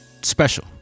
special